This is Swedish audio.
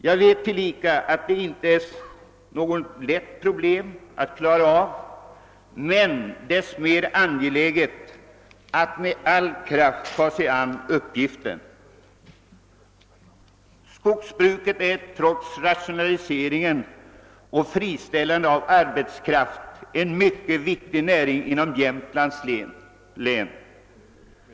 Jag vet att det inte är något lätt problem att klara av, men dess mer angeläget är det att med all kraft ta sig an uppgiften. Skogsbruket är trots rationalisering och friställande av arbetskraft en mycket viktig näring inom Jämtlands län.